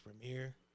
premiere